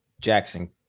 Jackson